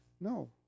No